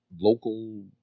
local